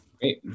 Great